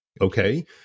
Okay